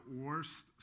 worst